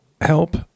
help